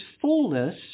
fullness